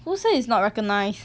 who say is not recognised